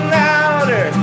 louder